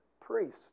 priests